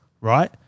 right